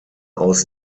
aus